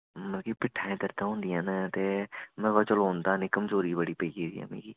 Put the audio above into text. मतलब कि पिट्ठा च दर्दां होंदियां न ते मेरे कोला दा चलोंदा निं कमजोरी बड़ी पेई गेदी ऐ मिगी